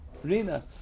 Rina